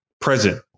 present